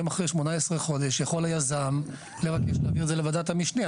היום אחרי 18 חודש יכול יזם לבקש להעביר את זה לוועדת המשנה.